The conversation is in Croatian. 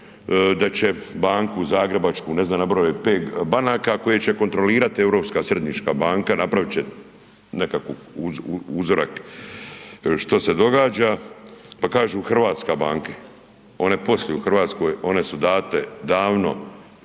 da će banku Zagrebačku, ne znam nabrojao je pet banaka koje će kontrolirati Europska središnja banka, napravit će nekakav uzorak što se događa, pa kažu hrvatske banke, one posluju u Hrvatskoj, one su date davno